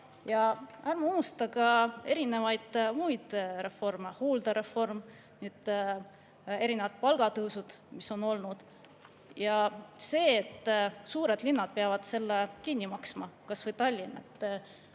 Ärme unusta ka erinevaid muid reforme, hooldereformi ja erinevaid palgatõuse, mis on olnud. See, et suured linnad peavad selle kinni maksma, kas või Tallinn, on